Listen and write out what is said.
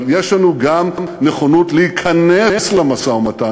אבל יש לנו גם נכונות להיכנס למשא-ומתן.